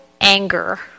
anger